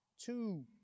two